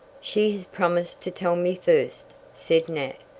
she has promised to tell me first, said nat,